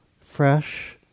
fresh